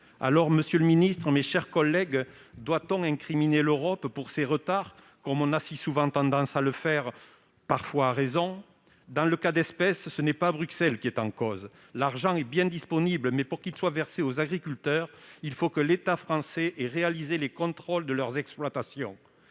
! Monsieur le ministre, mes chers collègues, doit-on incriminer l'Europe pour ces retards, comme on a si souvent tendance à le faire, parfois à raison ? Dans ce cas d'espèce, ce n'est pas Bruxelles qui est en cause : l'argent est bien disponible, mais, pour qu'il soit versé aux agriculteurs, il faut que l'État français ait contrôlé l'exploitation